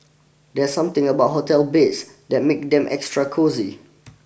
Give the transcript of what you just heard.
there's something about hotel beds that make them extra cosy